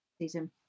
season